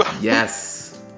Yes